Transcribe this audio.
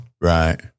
right